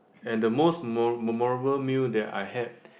and the most mo~ memorable meal that I had